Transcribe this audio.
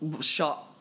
shot